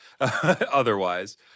otherwise